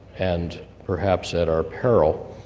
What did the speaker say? and perhaps at our peril.